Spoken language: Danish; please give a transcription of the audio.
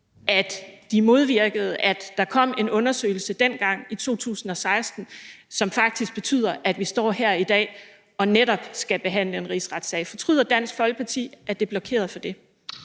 at de modvirkede, at der kom en undersøgelse dengang i 2016 – noget, som faktisk betyder, at vi står her i dag og netop skal behandle en rigsretssag? Fortryder Dansk Folkeparti, at de blokerede for det?